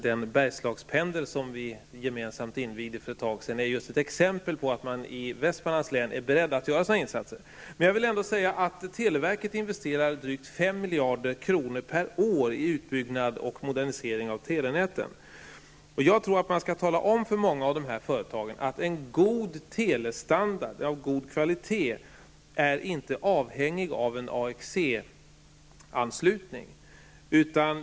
Den Bergslagspendel som vi gemensamt invigde för ett tag sedan är just ett exempel på att man i Västmanlands län är beredd att göra sådana insatser. Jag vill ändå säga att televerket investerar drygt 5 miljarder kronor per år i utbyggnad och modernisering av telenäten. Jag tror att man skall tala om för många av de här företagarna att en telestandard av god kvalitet inte är avhängig av en AXE-anslutning.